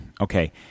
okay